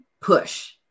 push